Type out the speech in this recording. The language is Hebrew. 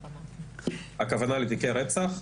הכוונה לתיקי רצח?